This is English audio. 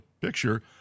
picture